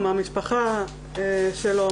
מהמשפחה שלו,